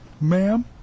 ma'am